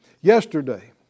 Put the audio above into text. yesterday